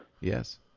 Yes